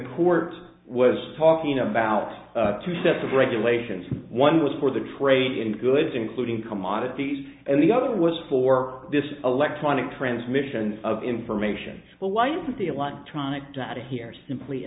court was talking about two sets of regulations one was for the trade in goods including commodities and the other was for this electronic transmission of information well why isn't the electronic data here simply